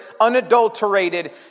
unadulterated